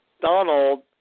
Donald